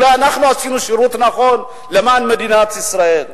אולי אנחנו עשינו שירות נכון למען מדינת ישראל.